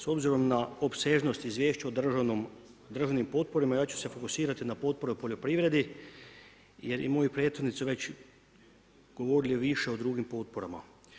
S obzirom na opsežnost izvješća o državnim potporama, ja ću se fokusirati na potpore u poljoprivredi jer i moji prethodnici su već govorili više o drugim potporama.